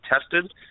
tested